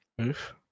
Oof